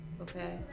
Okay